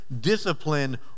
discipline